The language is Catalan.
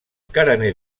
carener